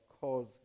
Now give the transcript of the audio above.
cause